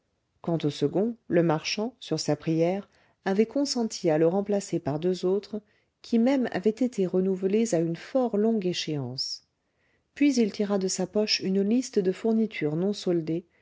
quant au second le marchand sur sa prière avait consenti à le remplacer par deux autres qui même avaient été renouvelés à une fort longue échéance puis il tira de sa poche une liste de fournitures non soldées